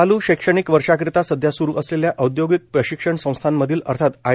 चालू शैक्षणिक वर्षाकरीता सध्या स्रु असलेल्या औद्योगिक प्रशिक्षण संस्थांमधील अर्थात आय